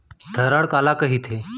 धरण काला कहिथे?